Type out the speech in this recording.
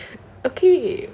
okay